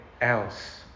else